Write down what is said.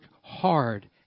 hard